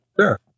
Sure